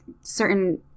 certain